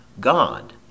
God